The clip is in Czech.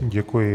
Děkuji.